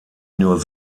nur